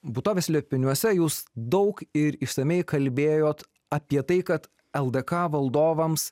būtovės slėpiniuose jūs daug ir išsamiai kalbėjot apie tai kad ldk valdovams